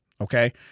okay